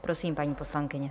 Prosím, paní poslankyně.